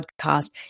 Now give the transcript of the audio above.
podcast